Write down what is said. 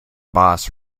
boss